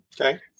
Okay